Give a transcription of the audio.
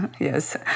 Yes